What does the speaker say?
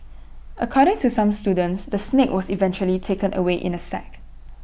according to some students the snake was eventually taken away in A sack